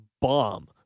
bomb